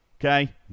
okay